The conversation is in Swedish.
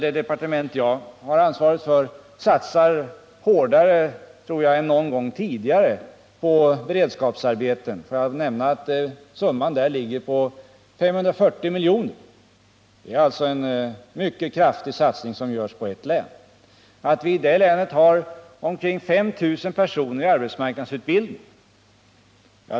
Det departement som jag har ansvar för satsar nu hårdare än någon gång tidigare på beredskapsarbeten. Låt mig bara nämna att summan av kostnaderna för dessa uppgår till 540 milj.kr. Det är alltså en mycket kraftig satsning som görs på detta enda län. Vi har där vidare omkring 500 personer i arbetsmarknadsutbildning.